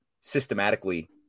systematically